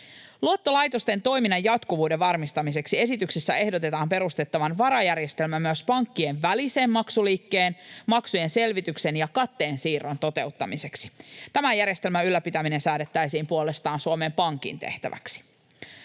Luottolaitosten toiminnan jatkuvuuden varmistamiseksi esityksessä ehdotetaan perustettavan varajärjestelmä myös pankkien välisen maksuliikkeen, maksujen selvityksen ja katteen siirron toteuttamiseksi. Tämän järjestelmän ylläpitäminen säädettäisiin puolestaan Suomen Pankin tehtäväksi.